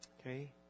Okay